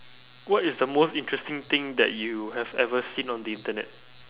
what is the most interesting thing that you have ever seen on the internet